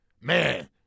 man –